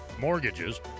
mortgages